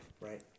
Right